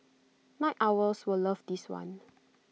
night owls will love this one